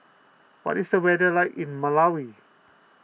what is the weather like in Malawi